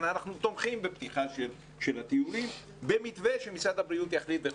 אלא אנחנו תומכים בפתיחה של הטיולים במתווה שמשרד הבריאות יחליט.